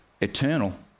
eternal